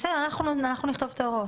בסדר, אנחנו נכתוב את ההוראות.